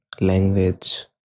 language